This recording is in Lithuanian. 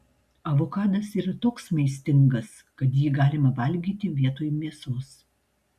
avokadas yra toks maistingas kad jį galima valgyti vietoj mėsos